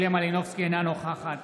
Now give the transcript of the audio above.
אינה נוכחת